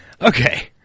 Okay